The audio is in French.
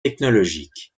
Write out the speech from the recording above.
technologique